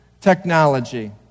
technology